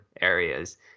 areas